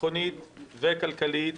ביטחונית וכלכלית,